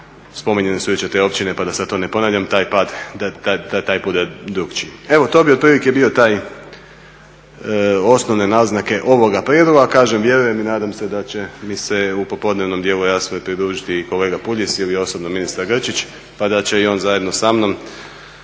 spominjane su jučer te općine pa da sad to ne ponavljam, da taj pad bude drukčiji. Evo to bi otprilike bile te osnovne naznake ovoga prijedloga. Kažem, vjerujem i nadam se da će mi se u popodnevom dijelu rasprave pridružiti i kolega Puljiz ili osobno ministar Grčić pa da će i on zajedno samnom